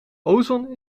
ozon